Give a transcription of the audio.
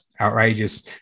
outrageous